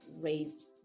raised